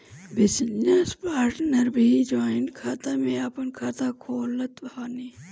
business partner भी joint खाता में आपन खाता खोलत बाने